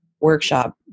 workshop